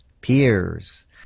peers